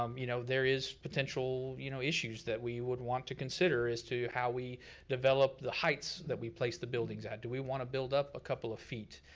um you know there is potential you know issues that we would want to consider as to how we develop the heights that we place the buildings at. do we wanna build up a couple of feet.